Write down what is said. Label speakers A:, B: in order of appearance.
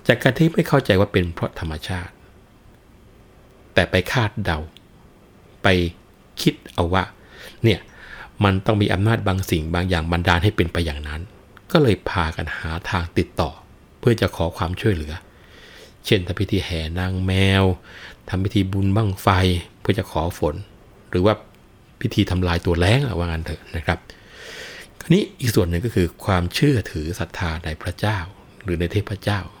A: จากการที่ไม่เข้าใจว่าเป็นเพราะธรรมชาติ แต่ไปคาดเดาไปคิดเอาว่าเนี่ย มันต้องมีอำนาจบางสิ่งบางอย่างบันดาลให้เป็นไปอย่างนั้น ก็เลยพากันหาทางติดต่อเพื่อจะขอความช่วยเหลือ เช่นทำพิธีแห่นางแมว ทำพิธีบุญบั้งไฟเพื่อจะขอฝน หรือว่าพิธีทำลายตัวแล้งอะว่างั้นเถอะนะครับ คราวนี้อีกส่วนหนึ่งก็คือความเชื่อถือศรัทธาในพระเจ้าหรือในเทพเจ้า